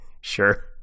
Sure